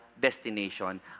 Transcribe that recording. destination